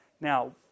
now